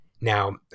Now